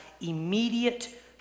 immediate